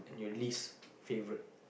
and your least favourite